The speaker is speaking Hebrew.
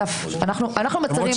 על אף שאנחנו מצווים על כך.